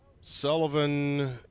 Sullivan